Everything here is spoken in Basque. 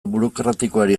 burokratikoari